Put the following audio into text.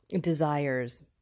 desires